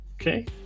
Okay